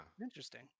Interesting